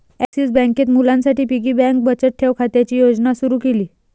axis बँकेत मुलांसाठी piggy bank बचत ठेव खात्याची योजना सुरू केली